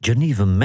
Geneva